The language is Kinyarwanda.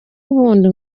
ubundi